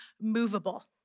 movable